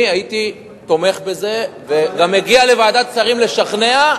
אני הייתי תומך בזה וגם מגיע לוועדת השרים לשכנע,